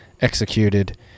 executed